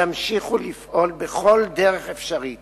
ימשיכו לפעול בכל דרך אפשרית